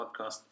podcast